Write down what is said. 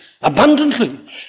abundantly